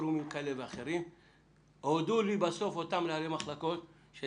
בפורומים כאלה ואחרים אותם מנהלי מחלקות הודו לי